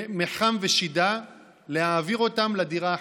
מיחם ושידה ולהעביר אותם לדירה החדשה.